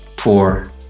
Four